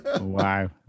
Wow